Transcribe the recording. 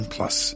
Plus